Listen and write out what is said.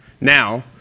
Now